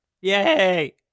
yay